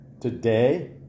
today